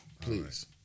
Please